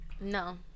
No